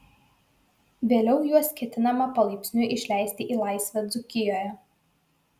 vėliau juos ketinama palaipsniui išleisti į laisvę dzūkijoje